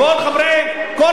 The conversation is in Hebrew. ארבע דקות, הוא עונה.